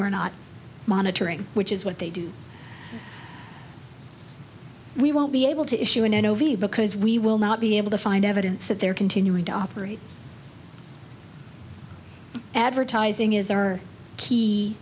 we're not monitoring which is what they do we won't be able to issue an n o v because we will not be able to find evidence that they're continuing to operate advertising is our key